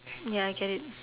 ya I get it